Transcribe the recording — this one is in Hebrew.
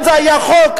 אם זה היה חוק,